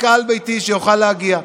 רק קהל ביתי, שיוכל להגיע.